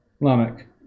Lamech